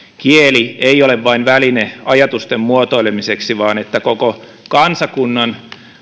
kieli ei ole vain väline ajatusten muotoilemiseksi vaan että koko kansakunnan